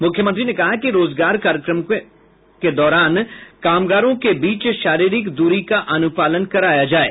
मुख्यमंत्री ने कहा कि रोजगार कार्यक्रमों के दौरान कामगारों के बीच शारीरिक दूरी का अनुपालन कराया जाये